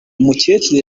umukecuru